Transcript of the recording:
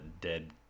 dead